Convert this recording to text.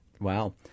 Wow